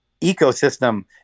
ecosystem